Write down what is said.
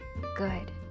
good